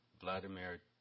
Vladimir